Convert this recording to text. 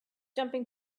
jumping